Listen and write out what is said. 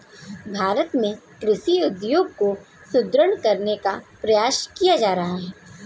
भारत में कृषि उद्योग को सुदृढ़ करने का प्रयास किया जा रहा है